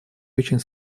очень